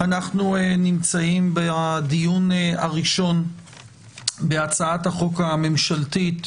אני פותח את הדיון הראשון בהצעת החוק הממשלתית